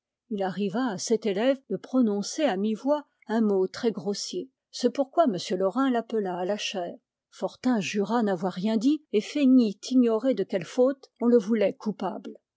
il arriva à cet élève de prononcer à mi-voix un mot très grossier ce pour quoi m laurin l'appela à la chaire fortin jura n'avoir rien dit et feignit ignorer de quelle faute on le voulait coupable